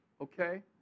okay